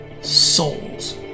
souls